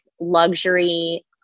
luxury